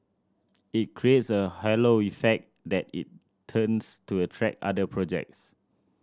it creates a halo effect that in turns to attract other projects